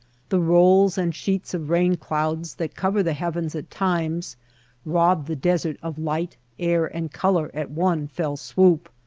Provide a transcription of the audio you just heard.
the rolls and sheets of rain clouds that cover the heavens at times rob the desert of light, air, and color at one fell swoop.